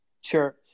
Sure